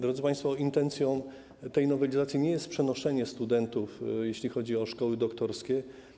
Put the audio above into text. Drodzy państwo, intencją tej nowelizacji nie jest przenoszenie studentów, jeśli chodzi o szkoły doktorskie.